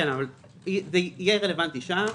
זה יהיה רלוונטי שם.